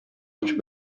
much